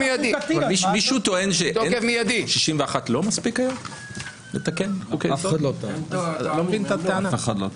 --- מישהו טוען ש-61 לא מספיק היום לתקן את חוקי היסוד?